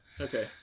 Okay